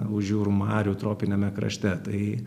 už jūrų marių tropiniame krašte tai